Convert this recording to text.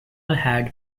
had